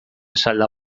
salda